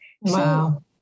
Wow